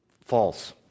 False